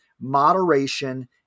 moderation